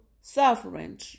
suffering